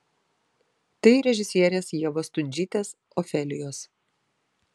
tai režisierės ievos stundžytės ofelijos